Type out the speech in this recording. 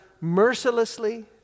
mercilessly